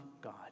God